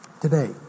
today